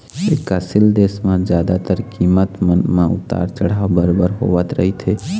बिकासशील देश म जादातर कीमत मन म उतार चढ़ाव बरोबर होवत रहिथे